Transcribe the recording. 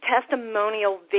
testimonial